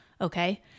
Okay